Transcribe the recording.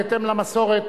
בהתאם למסורת,